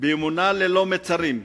באמונה ללא מצרים,